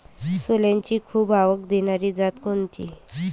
सोल्याची खूप आवक देनारी जात कोनची?